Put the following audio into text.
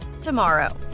tomorrow